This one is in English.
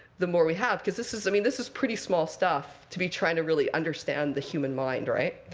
the more we have. because this is i mean, this is pretty small stuff to be trying to really understand the human mind, right?